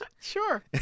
Sure